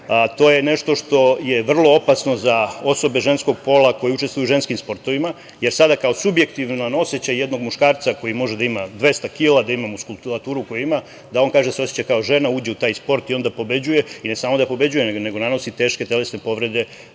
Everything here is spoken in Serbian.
to je nešto što je vrlo opasno za osobe ženskog pola koje učestvuju u ženskim sportovima, jer sada kao subjektivan osećaj jednog muškarca koji može da ima 200 kila, da ima muskulaturu koju ima, da on kaže da se oseća kao žena, uđe u taj sport i onda pobeđuje, i ne samo da pobeđuje, nego nanosi teške telesne povrede